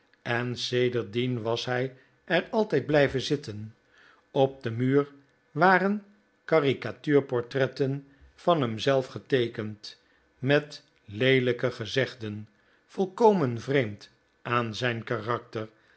en sedertdien was hij er altijd blijven zitten op den muur waren caricatuurportretten van hem zelf geteekend met leelijke gezegden volkomen vreemd aan zijn karakter